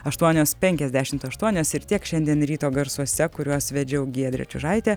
aštuonios penkiasdešimt aštuonios ir tiek šiandien ryto garsuose kuriuos vedžiau giedrė čiužaitė